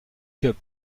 cup